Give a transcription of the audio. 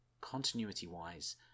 continuity-wise